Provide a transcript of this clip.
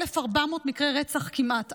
1,400 מקרי רצח כמעט,